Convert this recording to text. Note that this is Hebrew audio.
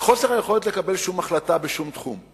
זה חוסר היכולת לקבל שום החלטה בשום תחום,